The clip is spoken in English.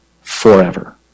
forever